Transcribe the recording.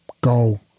goal